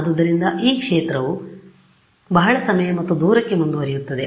ಆದ್ದರಿಂದ ಈ ಕ್ಷೇತ್ರವು ಬಹಳ ಸಮಯ ಮತ್ತು ದೂರಕ್ಕೆ ಮುಂದುವರಿಯುತ್ತದೆ